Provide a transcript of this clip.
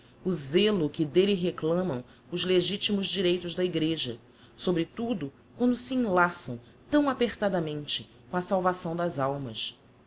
o zelo que d'elle reclamam os legitimos direitos da igreja sobre tudo quando se enlaçam tão apertadamente com a salvação das almas